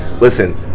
listen